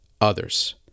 others